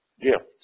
gift